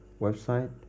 Website